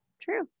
True